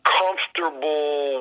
comfortable